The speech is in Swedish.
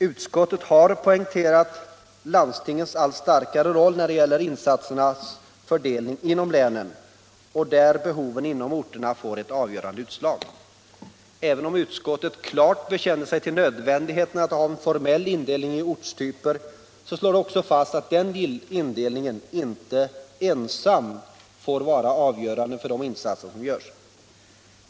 Utskottet har poängterat landstingens allt starkare roll när det gäller insatsernas fördelning inom länen, där behoven inom orterna får ett avgörande utslag. Även om utskottet klart bekänner sig till nödvändigheten av att ha en formell indelning i ortstyper slås det ändå fast att den indelningen inte ensam får vara avgörande för de insatser som görs.